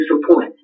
support